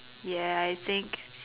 ya I think